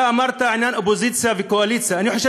אתה אמרת עניין אופוזיציה וקואליציה.